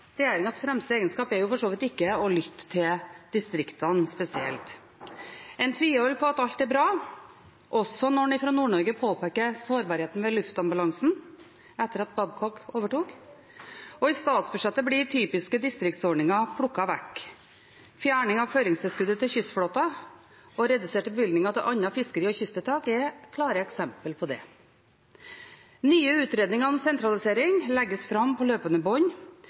fremste egenskap er for så vidt ikke å lytte til distriktene spesielt. En tviholder på at alt er bra, også når man fra Nord-Norge påpeker sårbarheten ved luftambulansen etter at Babcock overtok, og i statsbudsjettet blir typiske distriktsordninger plukket vekk. Fjerning av føringstilskuddet til kystflåten og reduserte bevilgninger til andre fiskeri- og kysttiltak er klare eksempler på det. Nye utredninger om sentralisering legges fram på løpende bånd.